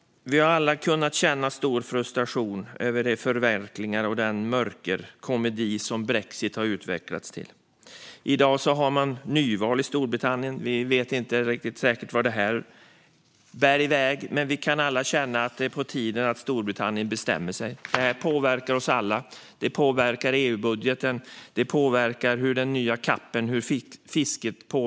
Vi har alla kunnat känna stor frustration över de förvecklingar och den mörkerkomedi som brexit har utvecklats till. I dag har man nyval i Storbritannien. Vi vet inte riktigt säkert vart det bär iväg, men vi kan alla känna att det är på tiden att Storbritannien bestämmer sig. Detta påverkar oss alla. Det påverkar EU-budgeten, den nya CAP:en och fisket.